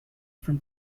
from